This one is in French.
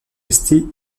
restés